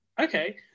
Okay